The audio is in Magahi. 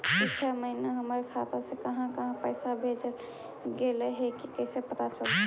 पिछला महिना हमर खाता से काहां काहां पैसा भेजल गेले हे इ कैसे पता चलतै?